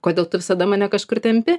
kodėl tu visada mane kažkur tempi